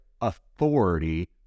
authority